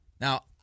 Now